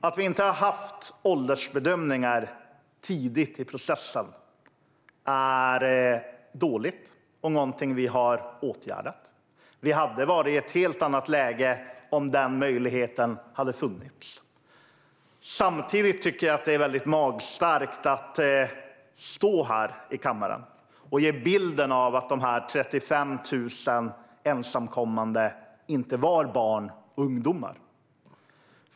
Att vi inte har haft åldersbedömningar tidigt i processen är dåligt, och det är någonting som vi har åtgärdat. Vi hade varit i ett helt annat läge om den möjligheten hade funnits. Samtidigt tycker jag att det är väldigt magstarkt att här i kammaren ge en bild av att dessa 35 000 ensamkommande inte var barn eller ungdomar.